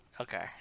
okay